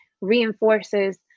reinforces